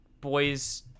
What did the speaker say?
boys